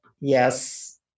yes